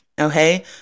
okay